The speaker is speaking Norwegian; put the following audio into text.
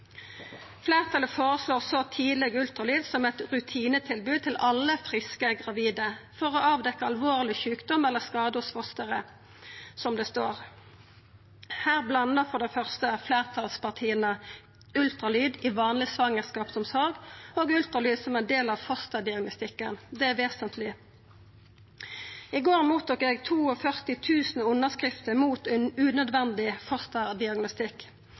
Fleirtalet føreslår så tidleg ultralyd som eit rutinetilbod til alle friske gravide for å avdekkja alvorleg sjukdom eller skade hos fosteret, som det står. Her blandar fleirtalspartia ultralyd i vanleg svangerskapsomsorg med ultralyd som ein del av fosterdiagnostikken – det er vesentleg. I går tok eg imot 42 000 underskrifter mot unødvendig